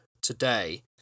today